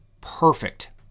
perfect